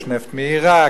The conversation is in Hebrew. יש נפט מעירק,